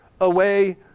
away